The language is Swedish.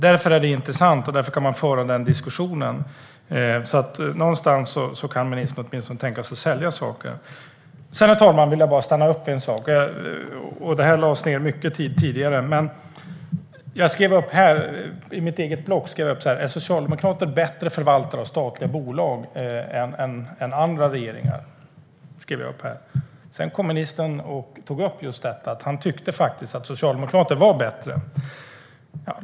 Därför är det intressant, och därför kan man föra den diskussionen. Någonstans kan alltså ministern åtminstone tänka sig att sälja saker. Sedan, herr talman, vill jag bara stanna upp vid en sak. Det lades ned mycket tidigare, men jag skrev så här i mitt eget block: Är socialdemokrater bättre förvaltare av statliga bolag än andra regeringar? Sedan tog ministern upp just detta. Han tyckte faktiskt att socialdemokrater var bättre.